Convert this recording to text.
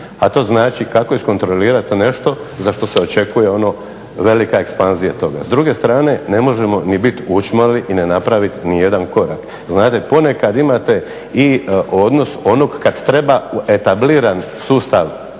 A to znači kako iskontrolirati nešto za što se očekuje ono velika ekspanzija toga. S druge strane ne možemo ni bit učmali i ne napraviti ni jedan korak. Znate, ponekad imate i odnos onog kad treba u etabliran sustav